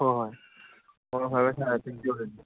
ꯍꯣꯏ ꯍꯣꯏ ꯍꯣꯏ ꯍꯣꯏ ꯁꯥꯔ ꯊꯦꯡꯛ ꯌꯨ